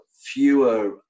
fewer